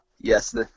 Yes